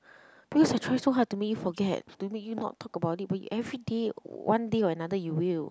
because I try so hard to make you forget to make you not talk about it but you everyday one day or another you will